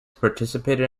participated